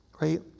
right